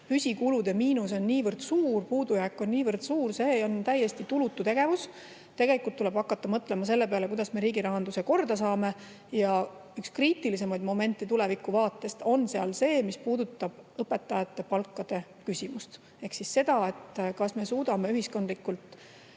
püsikulude miinus on niivõrd suur, puudujääk on niivõrd suur, on täiesti tulutu tegevus. Tegelikult tuleb hakata mõtlema selle peale, kuidas me riigi rahanduse korda saame. Üks kriitilisemaid momente tuleviku vaates on seal see, mis puudutab õpetajate palkade küsimust. Seda, kas me suudame ühiskondlikult